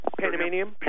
Panamanian